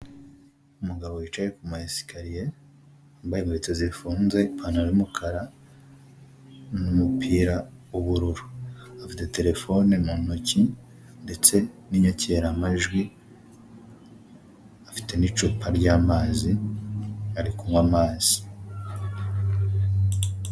Umugabo wicaye ku mayesikariye, wambaye inkweto zifunze, ipantaro y'umukara n'umupira w'ubururu. Afite terefone mu ntoki ndetse n'inyakiramajwi. Afite n'icupa ry'amazi ari kunywa amazi.